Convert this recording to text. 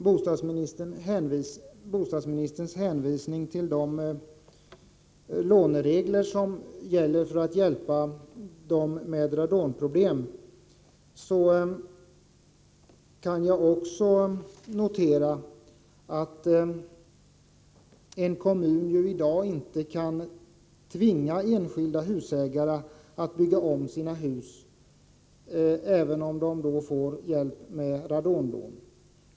Bostadsministern hänvisade till de låneregler som finns för att hjälpa husägare med radonproblem. Jag kan notera att en kommun i dag inte kan tvinga enskilda husägare att bygga om sina hus, även om de får hjälp i form av radonlån.